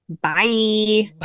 Bye